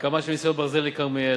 הקמה של מסילות ברזל לכרמיאל,